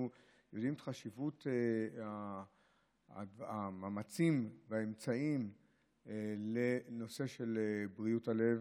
אנחנו מבינים את חשיבות המאמצים והאמצעים לנושא של בריאות הלב,